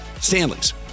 Stanley's